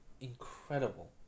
incredible